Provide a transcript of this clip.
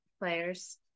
players